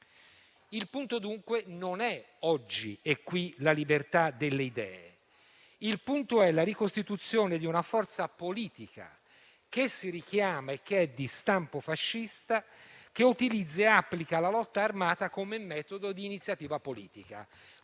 Il punto, dunque, non è oggi e qui la libertà delle idee; il punto è la ricostituzione di una forza politica che si richiama e che è di stampo fascista, che utilizza e applica la lotta armata come metodo di iniziativa politica.